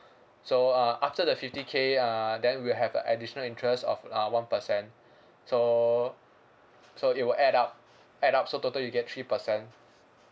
so uh after the fifty K uh then we'll have a additional interest of uh one percent so so it will add up add up so total you get three percent